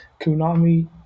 kunami